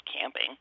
camping